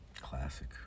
Classic